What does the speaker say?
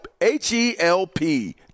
H-E-L-P